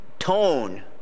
tone